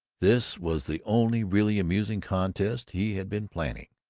this was the only really amusing contest he had been planning.